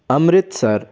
Amritsar